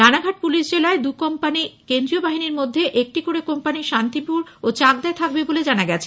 Ranaghat police জেলায় দুকোম্পানি কেন্দ্রীয় বাহিনীর মধ্যে একটি করে কোম্পানি শান্তিপুর ও চাকদায় থাকবে বলে জানা গেছে